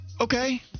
Okay